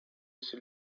esi